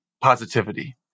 positivity